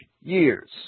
years